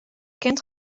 kind